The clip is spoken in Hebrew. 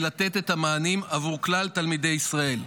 לתת את המענים עבור כלל תלמידי ישראל.